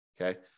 Okay